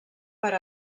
per